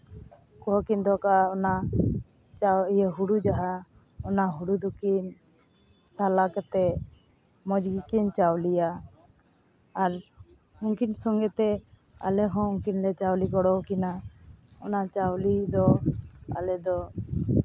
ᱠᱚᱦᱚᱸ ᱠᱤᱱ ᱫᱚᱦᱚ ᱠᱟᱜᱼᱟ ᱚᱱᱟ ᱦᱩᱲᱩ ᱡᱟᱦᱟᱸ ᱚᱱᱟ ᱦᱩᱲᱩ ᱫᱚᱠᱤᱱ ᱥᱟᱞᱟ ᱠᱟᱛᱮᱫ ᱢᱚᱡᱽ ᱜᱮᱠᱤᱱ ᱪᱟᱣᱞᱮᱭᱟ ᱟᱨ ᱩᱱᱠᱤᱱ ᱥᱚᱸᱜᱮᱛᱮ ᱟᱞᱮ ᱦᱚᱸ ᱩᱱᱠᱤᱱᱞᱮ ᱪᱟᱣᱞᱮ ᱜᱚᱲᱚ ᱟᱠᱤᱱᱟ ᱚᱱᱟ ᱪᱟᱣᱞᱮ ᱫᱚ ᱟᱞᱮ ᱫᱚ